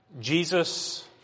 Jesus